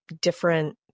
different